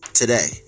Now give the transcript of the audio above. today